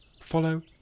follow